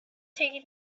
taken